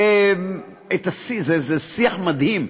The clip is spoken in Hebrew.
זה שיח מדהים,